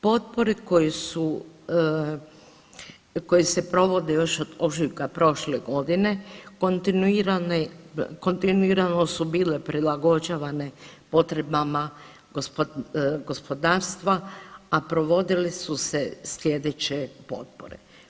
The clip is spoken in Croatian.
Potpore koje su, koje se provode još od ožujka prošle godine kontinuirano su bile prilagođavane potrebama gospodarstva, a provodile su se slijedeće potpore.